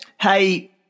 Hey